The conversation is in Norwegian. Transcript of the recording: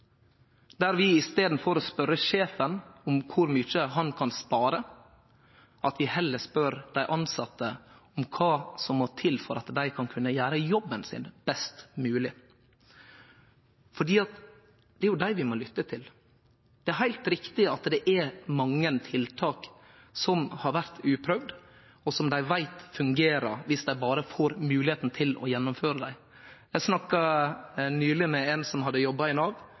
der vi i staden for å spørje sjefen kor mykje han kan spare, heller spør dei tilsette kva som må til for at dei skal kunne gjere jobben sin best mogleg. Det er dei vi må lytte til. Det er heilt riktig at det er mange tiltak som har vore uprøvde, og som dei veit fungerer viss dei berre får moglegheita til å gjennomføre dei. Eg snakka nyleg med ein som hadde jobba i Nav